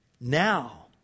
Now